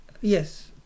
Yes